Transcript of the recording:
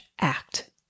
act